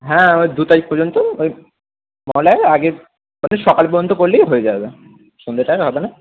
হ্যাঁ ওই দু তারিখ পর্যন্ত ও মহালয়ের আগে ওই সকাল পর্যন্ত করলেই হয়ে যাবে সন্ধেটায় হবে না